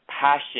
passion